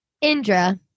Indra